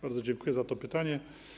Bardzo dziękuję za to pytanie.